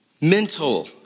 mental